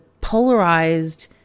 polarized